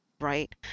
right